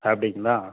அப்படிங்ளா